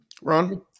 Ron